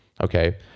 okay